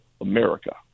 America